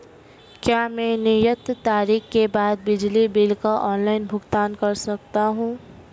क्या मैं नियत तारीख के बाद बिजली बिल का ऑनलाइन भुगतान कर सकता हूं?